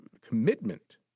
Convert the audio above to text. commitment